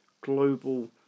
global